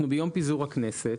אנחנו ביום פיזור הכנסת.